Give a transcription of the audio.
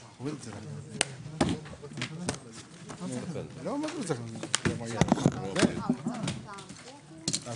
הישיבה ננעלה בשעה 14:00.